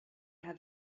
have